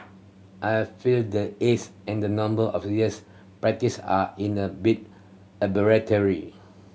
I feel that age and the number of years practice are in a bit arbitrary